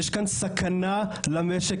יש כאן סכנה למשק,